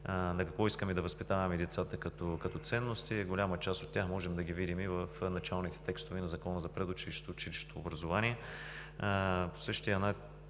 в какво искаме да възпитаваме децата като ценности. Голяма част от тях можем да ги видим и в началните текстове на Закона за предучилищното и